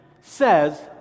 says